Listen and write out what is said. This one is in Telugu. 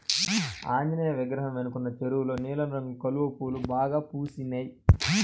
ఆంజనేయ విగ్రహం వెనకున్న చెరువులో నీలం రంగు కలువ పూలు బాగా పూసినియ్